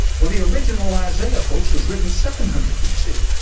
well, the original isaiah folks was written seven hundred bc